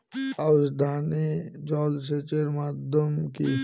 আউশ ধান এ জলসেচের মাধ্যম কি?